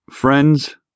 Friends